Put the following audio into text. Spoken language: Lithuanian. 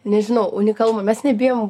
nežinau unikalumo mes nebijom